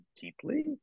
deeply